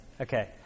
Okay